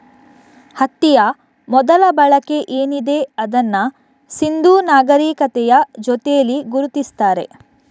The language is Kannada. ಹತ್ತಿಯ ಮೊದಲ ಬಳಕೆ ಏನಿದೆ ಅದನ್ನ ಸಿಂಧೂ ನಾಗರೀಕತೆಯ ಜೊತೇಲಿ ಗುರುತಿಸ್ತಾರೆ